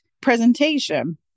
presentation